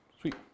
Sweet